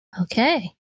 Okay